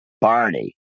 Barney